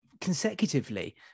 consecutively